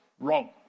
Wrong